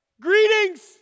Greetings